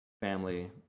family